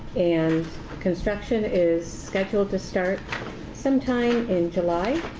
and construction is scheduled to start sometime in july.